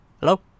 Hello